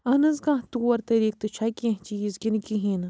اہن حظ کانٛہہ طور طریٖق تہِ چھا کیٚنٛہہ چیٖز کِنہٕ کِہیٖنۍ نہٕ